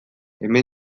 hemen